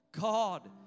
God